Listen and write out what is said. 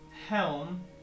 helm